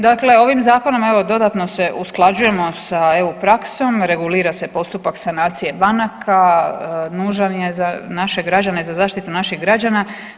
Dakle, ovim zakonom evo dodatno se usklađujemo sa EU praksom, regulira se postupak sanacije banaka, nužan je za naše građane, za zaštitu naših građana.